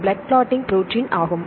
blood clotting protein ஆகும்